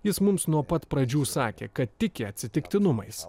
jis mums nuo pat pradžių sakė kad tiki atsitiktinumais